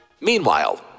Meanwhile